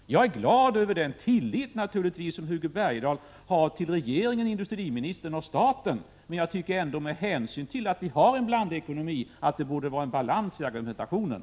Jag är naturligtvis glad över den tillit som Hugo Bergdahl har till regeringen, industriministern och staten, men med hänsyn till att vi har en blandekonomi tycker jag ändå att det borde vara en balans i argumentationen.